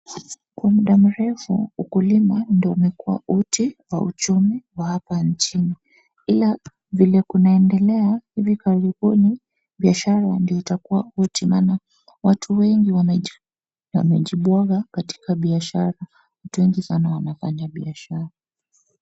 Kwa muda mrefu ukulima ndio umekua uti wa uchumi wa hapa nchini, ila vile kunaendelea, hivi karibuni, biashara ndio itakua uti maana watu wengi wamejibwaga katika biashara. Watu wengi sana wanafanya biashara.